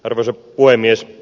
arvoisa puhemies